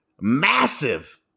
massive